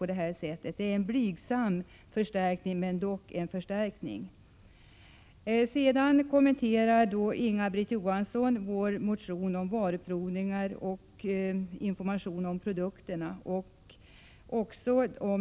Vi föreslår en blygsam förstärkning, men det är dock en förstärkning. information om produkterna och